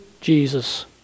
Jesus